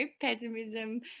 pessimism